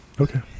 Okay